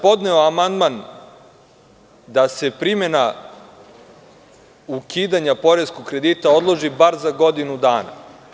Podneo sam amandman da se primena ukidanja poreskog kredita odloži bar za godinu dana.